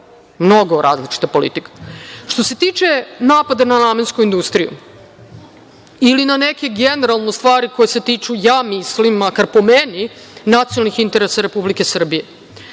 mnogo različita politika. Što se tiče napada na namensku industriju ili na neke generalno stvari koje se tiču, ja mislim, makar po meni, nacionalnih interesa Republike Srbije.